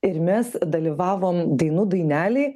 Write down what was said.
ir mes dalyvavom dainų dainelėj